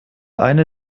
eine